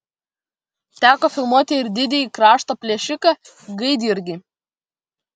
teko filmuoti ir didįjį krašto plėšiką gaidjurgį